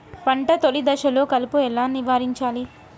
పంట తొలి దశలో కలుపు ఎలా నివారించాలి?